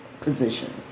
Positions